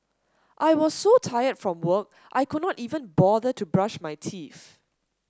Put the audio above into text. I was so tired from work I could not even bother to brush my teeth